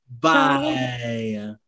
Bye